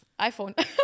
iPhone